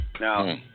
now